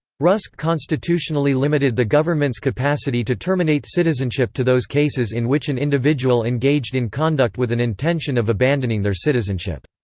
rusk constitutionally limited the government's capacity to terminate citizenship to those cases in which an individual engaged in conduct with an intention of abandoning their citizenship.